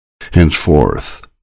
Henceforth